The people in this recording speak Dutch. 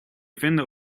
vinden